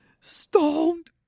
Stoned